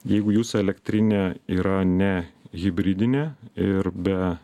jeigu jūsų elektrinė yra ne hibridinė ir be